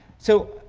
so